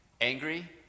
angry